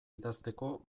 idazteko